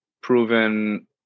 proven